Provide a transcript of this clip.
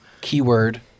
keyword